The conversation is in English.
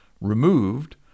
removed